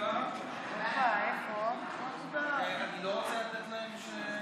הערבית והחרדית), התשפ"א 2021, לוועדה שתקבע